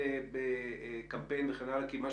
בשביל זה צריך קמפיין מתאים.